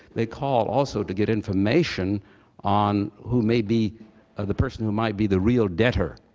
they call also to get information on who may be ah the person who might be the real debtor.